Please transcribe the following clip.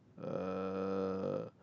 uh